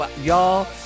Y'all